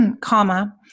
comma